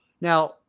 Now